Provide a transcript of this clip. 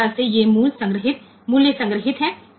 તેથી 2000 થી આગળ આ મૂલ્યો સંગ્રહિત થાય છે